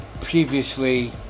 previously